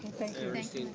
thank you mr.